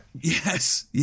Yes